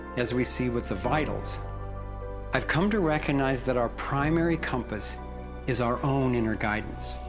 as we see with the vitals i'we come to recognize that our primary compass is our own inner guidance.